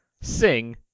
Sing